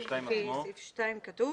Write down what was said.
בסעיף 2 כתוב?